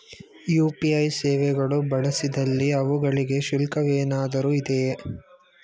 UPI ಸೇವೆಗಳು ಬಳಸಿದಲ್ಲಿ ಅವುಗಳಿಗೆ ಶುಲ್ಕವೇನಾದರೂ ಇದೆಯೇ?